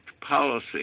policy